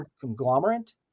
conglomerate